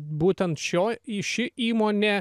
būtent šio į ši įmonė